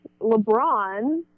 LeBron